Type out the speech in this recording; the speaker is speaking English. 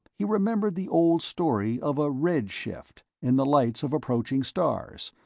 he remembered the old story of a red shift in the lights of approaching stars,